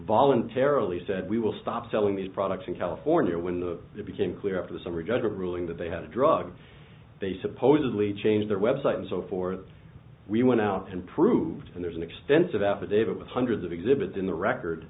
voluntarily said we will stop selling these products in california when it became clear after the summer a judge ruling that they had a drug they supposedly changed their web site and so forth we went out and proved and there's an extensive affidavit hundreds of exhibits in the record